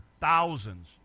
thousands